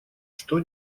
что